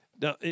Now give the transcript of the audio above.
Now